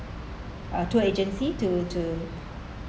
uh tour agency to to